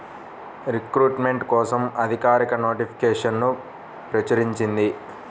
recruitment కోసం అధికారిక నోటిఫికేషన్ను ప్రచురించింది